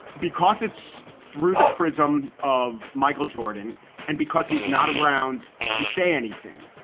because it's through the prism of michael jordan and because he's not around to say anything,